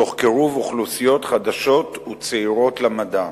תוך קירוב אוכלוסיות חדשות וצעירות למדע.